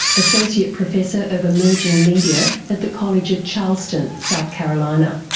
associate professor of emerging media at the college of charleston, south carolina,